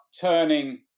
turning